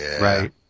Right